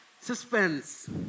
Suspense